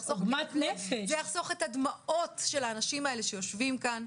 דמעות של האנשים שיושבים כאן,